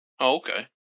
Okay